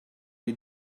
you